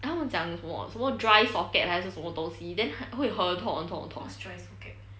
他们讲什么什么 dry socket 还是什么东西会很痛很痛很痛